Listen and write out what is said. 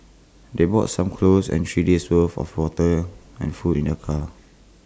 they brought some clothes and three days' worth of water and food in their car